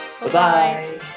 Bye-bye